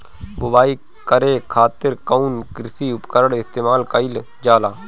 बुआई करे खातिर कउन कृषी उपकरण इस्तेमाल कईल जाला?